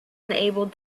unable